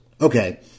Okay